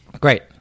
great